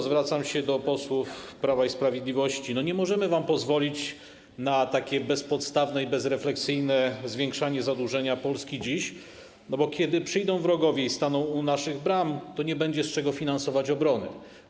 Zwracam się do posłów Prawa i Sprawiedliwości - nie możemy wam pozwolić na bezpodstawne i bezrefleksyjne zwiększanie zadłużenia Polski dziś, bo kiedy przyjdą wrogowie i staną u naszych bram, to nie będzie z czego finansować obrony.